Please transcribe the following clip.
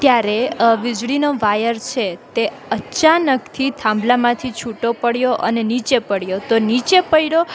ત્યારે વીજળીનો વાયર છે તે અચાનકથી થાંભલામાંથી છૂટો પડ્યો અને નીચે પડ્યો તો નીચે પડ્યો